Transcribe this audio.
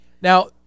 Now